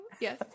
Yes